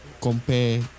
Compare